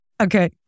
Okay